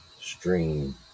stream